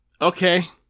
Okay